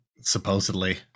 supposedly